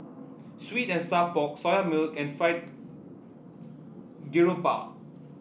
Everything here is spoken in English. sweet and Sour Pork Soya Milk and Fried Garoupa